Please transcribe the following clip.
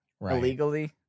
illegally